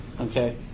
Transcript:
Okay